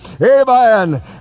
amen